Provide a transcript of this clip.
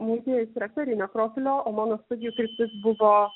muziejus yra karinio profilio o mano studijų kryptis buvo